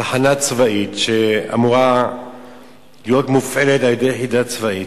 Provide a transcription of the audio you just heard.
תחנה צבאית שאמורה להיות מופעלת על-ידי יחידה צבאית,